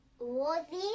Worthy